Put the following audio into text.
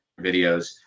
videos